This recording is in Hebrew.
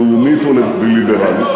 לאומית וליברלית.